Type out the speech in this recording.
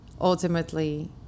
ultimately